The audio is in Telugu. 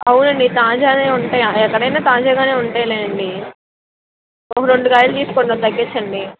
అవునండి తాజగానే ఉంటాయి ఎక్కడైనా తాజగానే ఉంటాయిలేండి ఒక రెండు కాయలు తీసుకుంటాం తగ్గించండి